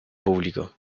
público